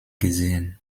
gesehen